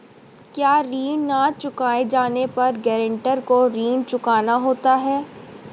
क्या ऋण न चुकाए जाने पर गरेंटर को ऋण चुकाना होता है?